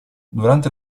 durante